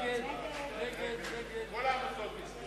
כל העמותות ייסגרו,